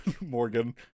Morgan